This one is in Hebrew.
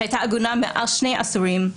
שהייתה עגונה מעל שני עשורים,